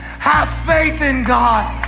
have faith in god.